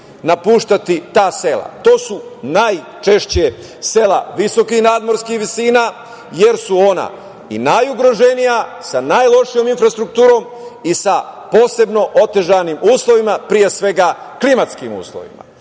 napuštati ta sela. To su najčešće sela visokih nadmorskih visina, jer su ona najugroženija, sa najlošijom infrastrukturom i sa posebno otežanim uslovima, pre svega klimatskim uslovima. Dakle,